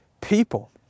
people